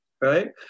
right